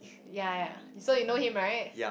ya so you know him right